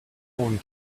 corn